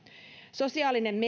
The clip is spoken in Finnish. sosiaalinen